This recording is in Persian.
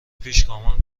پیشگامان